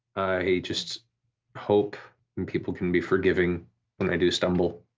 i just hope and people can be forgiving when they do stumble,